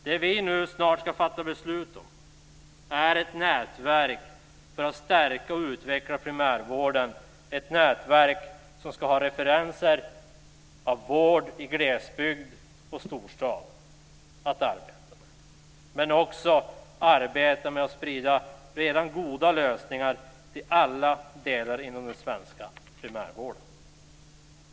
Vad vi nu snart ska fatta beslut om är ett nätverk för att stärka och utveckla primärvården - ett nätverk som ska ha referenser från vård i glesbygd och storstad att arbeta med - men också för att arbeta med att sprida redan goda lösningar till alla delar inom den svenska primärvården.